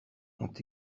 ont